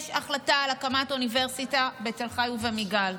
יש החלטה על הקמת אוניברסיטה בתל חי ובמיגל.